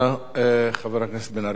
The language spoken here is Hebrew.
חבר הכנסת מיכאל בן-ארי, בבקשה.